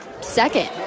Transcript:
second